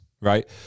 right